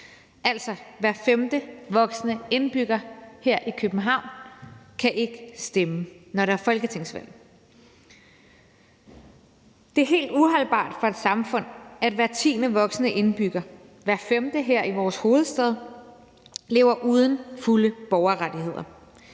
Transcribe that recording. altså kan hver femte voksne indbygger her i København ikke stemme, når der er folketingsvalg. Det er helt uholdbart for et samfund, at hver tiende voksne indbygger, hver femte her i vores hovedstad, lever uden fulde borgerrettigheder.